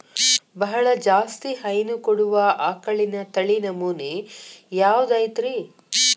ಬಹಳ ಜಾಸ್ತಿ ಹೈನು ಕೊಡುವ ಆಕಳಿನ ತಳಿ ನಮೂನೆ ಯಾವ್ದ ಐತ್ರಿ?